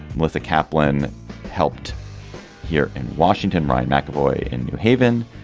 melissa caplin helped here washington ryan mcavoy in new haven.